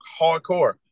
hardcore